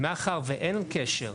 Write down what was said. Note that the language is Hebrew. מאחר ואין קשר,